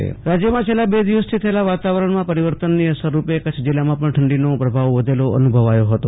આશુતોષ અંતાણી કચ્છ હવામાન રાજ્યમાં છેલ્લા બે દિવસથી થયેલા વાતાવરણમાં પરિવર્તનની અસરરૂપે કચ્છ જિલ્લામાં પણ ઠંડીનો પ્રભાવ વધેલો અનુભવાયો હતો